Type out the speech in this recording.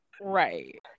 Right